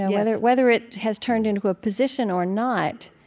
and whether it whether it has turned into a position or not,